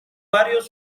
varios